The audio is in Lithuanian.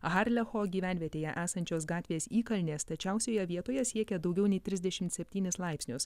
harlecho gyvenvietėje esančios gatvės įkalnė stačiausioje vietoje siekia daugiau nei trisdešimt septynis laipsnius